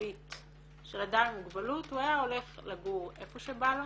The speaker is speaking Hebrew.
תווית של אדם עם מוגבלות הוא היה הולך לגור איפה שבא לו